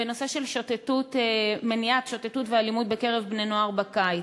ונושא של מניעת שוטטות ואלימות בקרב בני-נוער בקיץ.